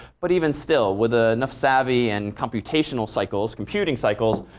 but even still, with ah enough savvy and computational cycles, computing cycles,